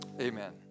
Amen